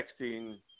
texting